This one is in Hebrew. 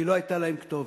כי לא היתה להם כתובת.